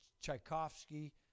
Tchaikovsky